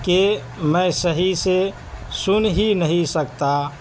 کہ میں صحیح سے سن ہی نہیں سکتا